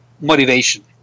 motivation